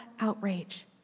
outrage